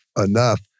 enough